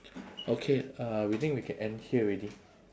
okay uh we think we can end here already